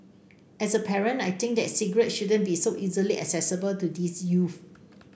as a parent I think that cigarettes shouldn't be so easily accessible to these youths